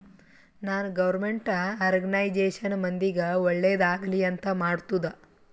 ನಾನ್ government organisation ಮಂದಿಗ್ ಒಳ್ಳೇದ್ ಆಗ್ಲಿ ಅಂತ್ ಮಾಡ್ತುದ್